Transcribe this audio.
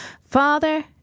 Father